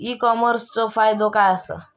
E कॉमर्सचो फायदो काय असा?